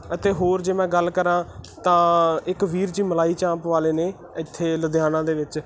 ਅਤੇ ਹੋਰ ਜੇ ਮੈਂ ਗੱਲ ਕਰਾਂ ਤਾਂ ਇੱਕ ਵੀਰ ਜੀ ਮਲਾਈ ਚਾਂਪ ਵਾਲੇ ਨੇ ਇੱਥੇ ਲੁਧਿਆਣਾ ਦੇ ਵਿੱਚ